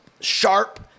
sharp